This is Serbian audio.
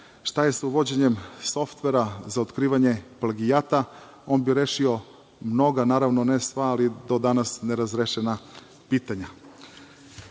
Šta je sa uvođenjem softvera za otkrivanje plagijata? On bi rešio mnoga, naravno ne sva, ali do danas nerazrešena pitanja. Šta